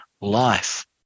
life